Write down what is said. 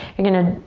you're gonna